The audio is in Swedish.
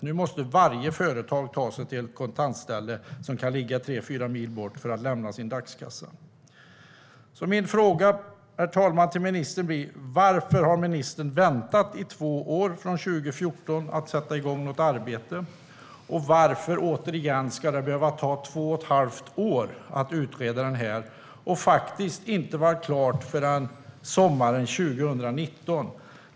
Nu måste varje företag ta sig till ett kontantställe, som kan ligga tre fyra mil bort, för att lämna sin dagskassa. Herr talman! Min fråga till ministern blir: Varför har ministern väntat i två år från 2014 med att sätta igång något arbete? Och återigen: Varför ska det behöva ta två och ett halvt år att utreda detta så att det inte blir klart förrän sommaren 2019?